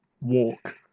walk